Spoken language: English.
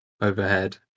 overhead